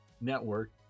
network